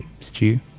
stew